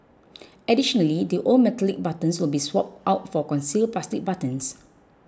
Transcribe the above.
additionally the old metallic buttons will be swapped out for concealed plastic buttons